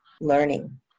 learning